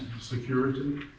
Security